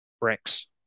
bricks